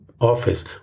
office